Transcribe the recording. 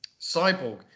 Cyborg